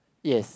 yes